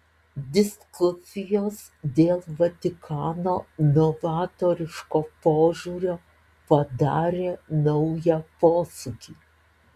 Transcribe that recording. diskusijos dėl vatikano novatoriško požiūrio padarė naują posūkį